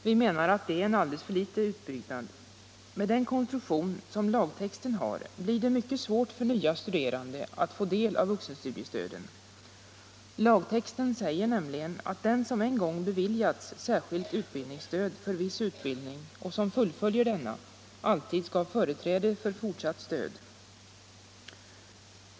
Vi menar att det är en alldeles för liten utbyggnad. Med den konstruktion som lagtexten har blir det mycket svårt för nya studerande att få del av vuxenstudiestöden. Lagtexten säger nämligen att den som en gång beviljats särskilt utbildningsstöd för viss utbildning och som fullföljer denna alltid skall ha företräde för fortsatt stöd.